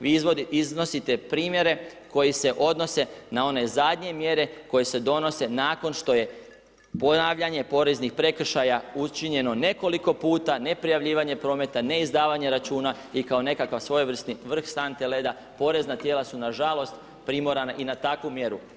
Vi iznosite primjere koji se odnose na one zadnje mjere, koje se donose nakon što je ponavljanje, poreznih prekršaja, učinjeno nekoliko puta, neprijavljivanja prometa, neizdavanje računa i kao nekakav svojevrsni vrh sante leda, porezna tijela su nažalost, premorena i na takvu mjeru.